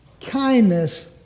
Kindness